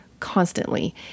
constantly